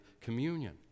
communion